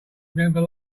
remember